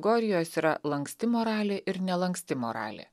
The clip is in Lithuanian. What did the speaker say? kategorijos yra lanksti moralė ir nelanksti moralė